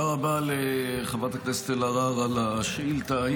רבה לחברת הכנסת אלהרר על השאילתה,